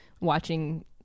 watching